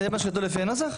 זה מה שכתוב לפי הנוסח?